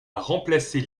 remplacer